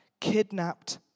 kidnapped